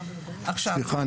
סליחה,